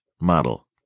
model